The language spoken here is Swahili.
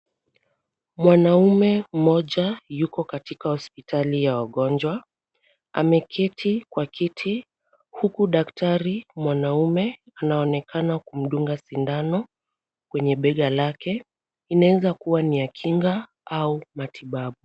Mwanaume mmoja yuko katika hospitali ya wagonjwa. Ameketi kwa kiti huku daktari mwanaume anaonekana kumdunga sindano kwenye bega lake. Inaweza kuwa ni ya kinga au matibabu.